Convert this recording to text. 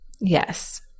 Yes